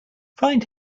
find